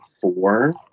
four